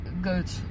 good